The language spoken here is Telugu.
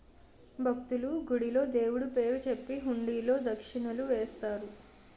భక్తులు, గుడిలో దేవుడు పేరు చెప్పి హుండీలో దక్షిణలు వేస్తారు